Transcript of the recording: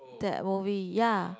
that movie ya